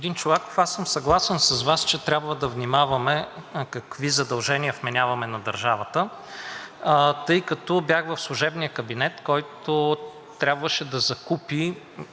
Господин Чолаков, съгласен съм с Вас, че трябва да внимаваме какви задължения вменяваме на държавата, тъй като бях в служебния кабинет, който трябваше да закупи